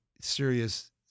serious